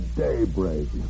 daybreak